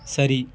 சரி